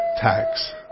tax